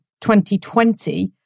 2020